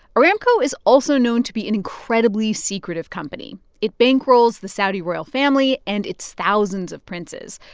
aramco is also known to be an incredibly secretive company. it bankrolls the saudi royal family and its thousands of princes.